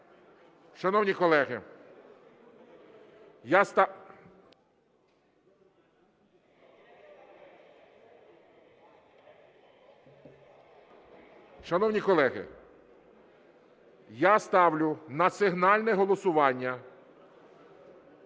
Шановні колеги, я ставлю на сигнальне голосування